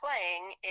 playing